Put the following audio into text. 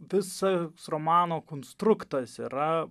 visa romano konstruktas yra